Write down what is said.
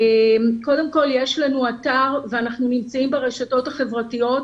יש לנו אתר ואנחנו נמצאים ברשתות החברתיות,